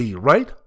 right